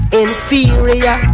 inferior